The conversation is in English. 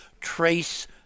trace